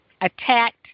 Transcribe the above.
attacked